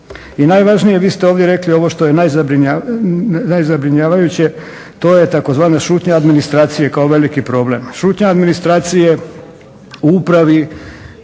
I najvažnije, vi ste ovdje rekli ovo što je najzabrinjavajuće to je tzv. šutnja administracije kao veliki problem. Šutnja administracije u upravi